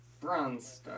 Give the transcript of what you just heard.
bronze